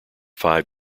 five